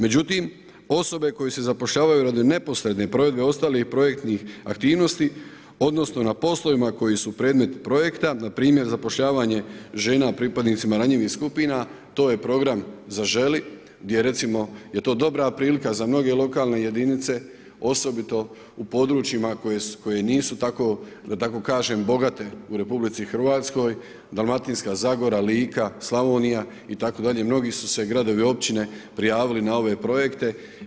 Međutim, osobe koje se zapošljavaju radi neposredne provedbe ostalih projektnih aktivnosti odnosno na poslovima koji su predmet projekta, npr. zapošljavanje žena pripadnicima ranjivih skupina, to je program „Zaželi“, gdje recimo je to dobra prilika za mnoge lokalne jedinice osobito u područjima koje nisu tako da tako kažem bogate u RH Dalmatinska zagora, Lika, Slavonija itd., mnogi su se gradovi i općine prijavili na ove projekte.